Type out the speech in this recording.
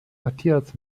matthias